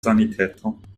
sanitäter